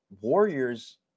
warriors